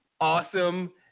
awesome